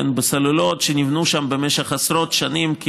בסוללות שנבנו שם במשך עשרות שנים.